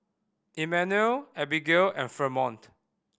Immanuel Abbigail and Fremont